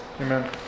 Amen